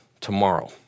tomorrow